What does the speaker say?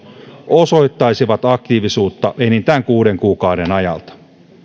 osoittaisivat aktiivisuutta enintään kuuden kuukauden ajalta